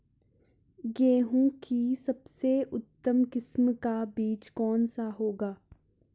गेहूँ की सबसे उत्तम किस्म का बीज कौन सा होगा?